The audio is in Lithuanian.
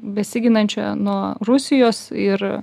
besiginančią nuo rusijos ir